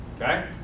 okay